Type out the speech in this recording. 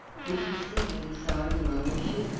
for she's sitting beside him on the ship.